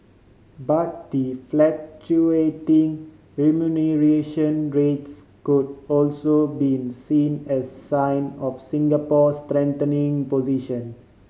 but the fluctuating remuneration rates could also been seen as sign of Singapore's strengthening position